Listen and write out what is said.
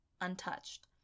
untouched